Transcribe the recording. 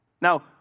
Now